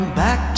back